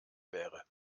wäre